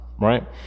right